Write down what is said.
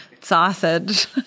sausage